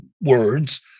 words